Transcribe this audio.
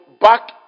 back